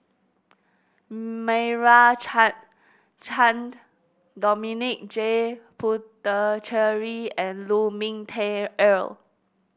Meira Chand Chand Dominic J Puthucheary and Lu Ming Teh Earl